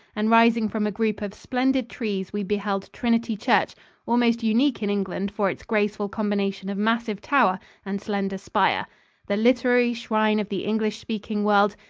and rising from a group of splendid trees we beheld trinity church almost unique in england for its graceful combination of massive tower and slender spire the literary shrine of the english-speaking world,